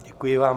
Děkuji vám.